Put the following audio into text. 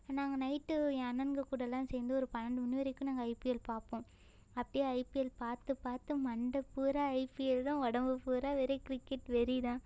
நாங்கள் நைட்டு என் அண்ணன்ங்க கூடலாம் சேர்ந்து ஒரு பன்னெண்டு மணி வரைக்கும் நாங்கள் ஐபிஎல் பார்ப்போம் அப்படியே ஐபிஎல் பார்த்து பார்த்து மண்டை பூரா ஐபிஎல் தான் உடம்பு பூரா ஒரே கிரிக்கெட் வெறி தான்